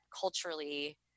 culturally